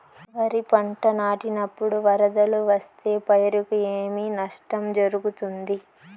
వరిపంట నాటినపుడు వరదలు వస్తే పైరుకు ఏమి నష్టం జరుగుతుంది?